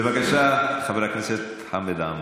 בבקשה, חבר הכנסת חמד עמאר.